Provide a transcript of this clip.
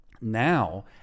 Now